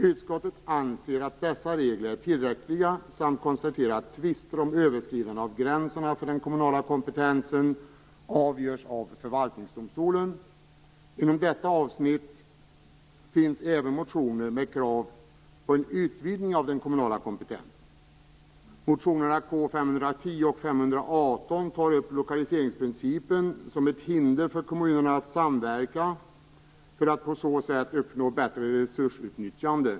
Utskottet anser att dessa regler är tillräckliga samt konstaterar att tvister om överskridande av gränserna för den kommunala kompetensen avgörs av förvaltningsdomstolen. Inom detta avsnitt finns även motioner med krav på en utvidgning av den kommunala kompetensen. I motionerna K510 och K518 tas upp lokaliseringsprincipen som ett hinder för kommunen att samverka för att på så sätt uppnå bättre resursutnyttjande.